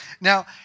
now